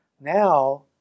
Now